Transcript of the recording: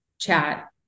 chat